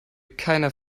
keiner